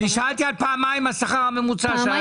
אני שאלתי על פעמיים השכר הממוצע,